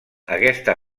aquesta